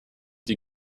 die